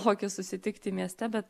kokį susitikti mieste bet